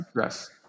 yes